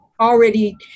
already